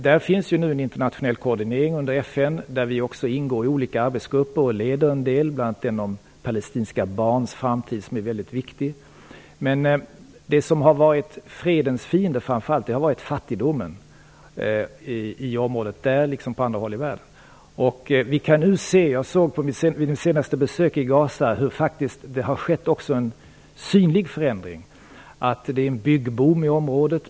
Det finns nu en internationell koordinering under FN, där vi också ingår i olika arbetsgrupper och leder en del, bl.a. den som behandlar palestinska barns framtid som är väldigt viktig. Men det som framför allt har varit fredens fiende är fattigdomen, i detta område liksom på andra håll i världen. Jag såg vid mitt senaste besök i Gaza hur det faktiskt har skett en synlig förändring. Det pågår en byggboom i området.